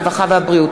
הרווחה והבריאות.